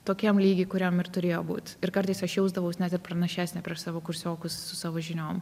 tokiam lygy kuriam ir turėjo būt ir kartais aš jausdavaus net ir pranašesnė prieš savo kursiokus su savo žiniom